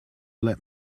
let